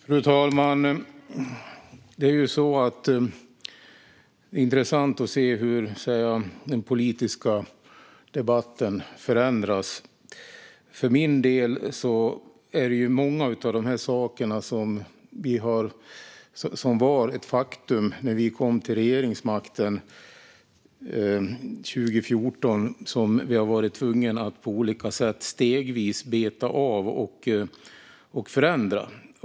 Fru talman! Det är intressant att se hur den politiska debatten förändras. Många av de saker som var faktum när vi kom till regeringsmakten 2014 har vi varit tvungna att på olika sätt stegvis beta av och förändra.